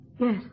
Yes